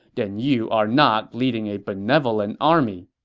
then you are not leading a benevolent army.